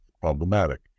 problematic